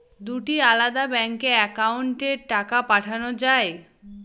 দুটি আলাদা ব্যাংকে অ্যাকাউন্টের টাকা পাঠানো য়ায়?